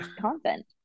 content